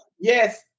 Yes